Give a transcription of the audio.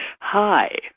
Hi